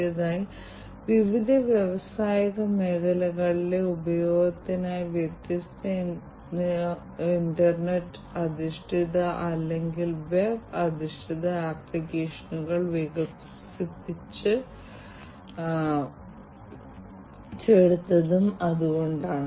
അതിനേക്കാൾ മികച്ചത് രോഗിയുടെ വേഡ് സൈറ്റിൽ വ്യത്യസ്ത സെൻസറുകൾ കൊണ്ട് സജ്ജീകരിച്ചിരിക്കുന്ന ചില വ്യത്യസ്ത മെഡിക്കൽ ഉപകരണങ്ങൾ ഉണ്ടായിരിക്കാം എന്നാൽ ആ സെൻസറുകൾ ഒറ്റപ്പെട്ട സെൻസറുകളാണ് അവ സാധാരണയായി കണക്റ്റുചെയ്ത സെൻസറുകളല്ല അവർക്ക് ചെയ്യാൻ കഴിയുന്നത് അവർക്ക് നൽകാൻ കഴിയും എന്നതാണ്